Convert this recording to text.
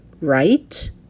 Right